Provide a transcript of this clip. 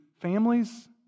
Families